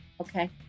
Okay